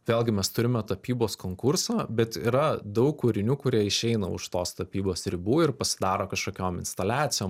vėlgi mes turime tapybos konkursą bet yra daug kūrinių kurie išeina už tos tapybos ribų ir pasidaro kažkokiom instaliacijom